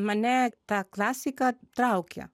mane ta klasika traukia